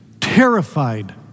terrified